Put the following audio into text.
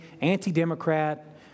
anti-democrat